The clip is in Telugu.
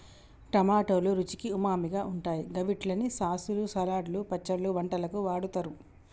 టమాటోలు రుచికి ఉమామిగా ఉంటాయి గవిట్లని సాసులు, సలాడ్లు, పచ్చళ్లు, వంటలకు వాడుతరు